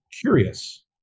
curious